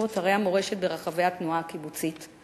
אתרי המורשת ברחבי התנועה הקיבוצית.